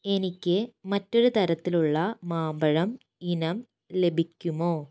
എനിക്ക് മറ്റൊരു തരത്തിലുള്ള മാമ്പഴം ഇനം ലഭിക്കുമോ